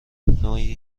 نوعی